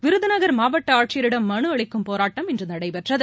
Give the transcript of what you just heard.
விருதநகர் மாவட்ட ஆட்சியரிடம் மனு அளிக்கும் போராட்டம் இன்று நடைபெற்றது